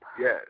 Yes